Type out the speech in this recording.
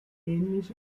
ähnlich